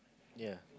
ya